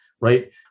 right